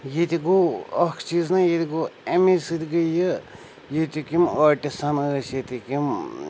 ییٚتہِ گوٚو اَکھ چیٖز نہ ییٚتہِ گوٚو اَمے سۭتۍ گٔے یہِ ییٚتِکۍ یِم آٹِسَن ٲسۍ ییٚتِکۍ یِم